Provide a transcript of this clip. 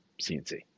cnc